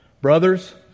Brothers